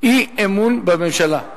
אי-אמון בממשלה.